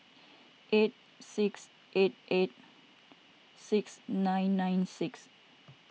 eight six eight eight six nine nine six